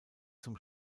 zum